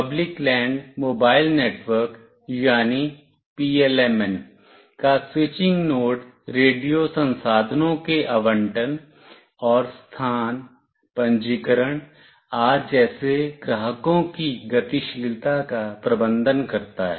public land mobile network यानी PLMN का switching node radio संसाधनों के आवंटन और स्थान पंजीकरण आदि जैसे ग्राहकों की गतिशीलता का प्रबंधन करता है